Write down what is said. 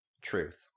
truth